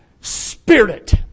spirit